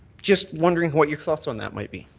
just wondering what your thoughts on that might be.